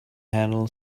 handle